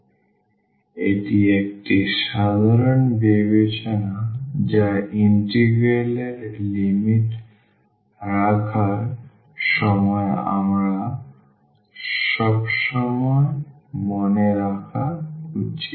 সুতরাং এটি একটি সাধারণ বিবেচনা যা ইন্টিগ্রাল এর লিমিট রাখার সময় আমাদের সর্বদা মনে রাখা উচিত